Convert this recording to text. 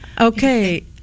Okay